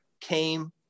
came